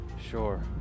Sure